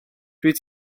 dwyt